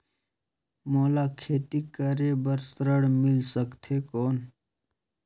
मोला खेती करे बार ऋण मिल सकथे कौन?